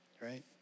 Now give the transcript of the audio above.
Right